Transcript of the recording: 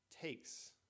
takes